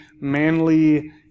manly